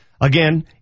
Again